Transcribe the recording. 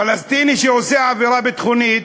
פלסטיני שעושה עבירה ביטחונית,